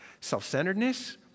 self-centeredness